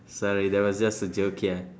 sorry that was just a joke ya